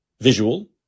visual